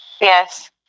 Yes